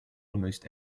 almost